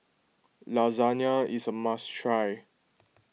Lasagna is a must try